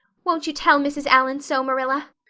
won't you tell mrs. allan so, marilla?